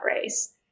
race